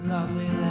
Lovely